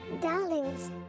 darlings